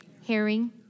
Hearing